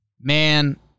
Man